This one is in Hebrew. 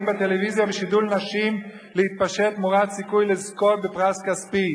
בטלוויזיה בשידול נשים להתפשט תמורת סיכוי לזכות בפרס כספי?